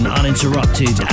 uninterrupted